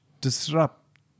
disrupt